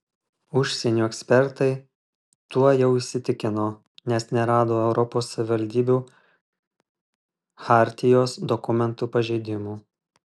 užsienio ekspertai tuo jau įsitikino nes nerado europos savivaldybių chartijos dokumentų pažeidimų